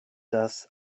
das